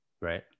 Right